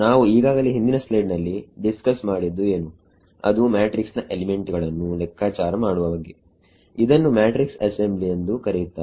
ನಾವು ಈಗಾಗಲೇ ಹಿಂದಿನ ಸ್ಲೈಡ್ ನಲ್ಲಿ ಡಿಸ್ಕಸ್ ಮಾಡಿದ್ದು ಏನು ಅದು ಮ್ಯಾಟ್ರಿಕ್ಸ್ ನ ಎಲಿಮೆಂಟುಗಳನ್ನು ಲೆಕ್ಕಾಚಾರ ಮಾಡುವುದು ಇದನ್ನು ಮ್ಯಾಟ್ರಿಕ್ಸ್ ಅಸೆಂಬ್ಲಿ ಎಂದು ಕರೆಯುತ್ತಾರೆ